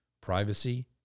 privacy